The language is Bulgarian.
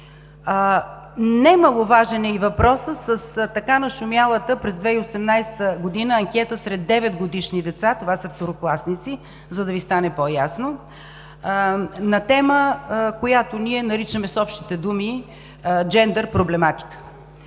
Немаловажен е и въпросът с така нашумялата през 2018 г. анкета сред 9-годишни деца, това са второкласници, за да Ви стане по-ясно, на тема, която ние наричаме с общите думи „джендър проблематика“.